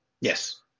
Yes